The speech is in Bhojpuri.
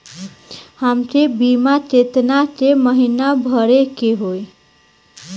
हमके बीमा केतना के महीना भरे के होई?